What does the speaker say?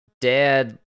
Dad